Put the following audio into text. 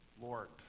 Lord